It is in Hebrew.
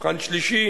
מבחן שלישי